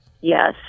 yes